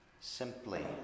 Simply